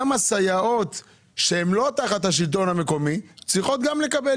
גם הסייעות שהן לא תחת השלטון המקומי צריכות גם לקבל,